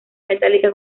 metálica